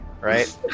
Right